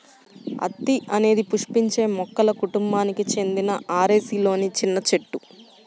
అత్తి అనేది పుష్పించే మొక్కల కుటుంబానికి చెందిన మోరేసిలోని చిన్న చెట్టు